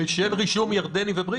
ושאין רישום ירדני ובריטי.